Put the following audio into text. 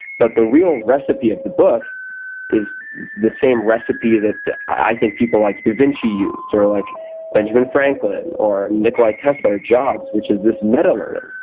but the real recipe of the book is the same recipe that i think people like da vinci used or like benjamin franklin or nikola tesla or jobs, which is this meta-learning,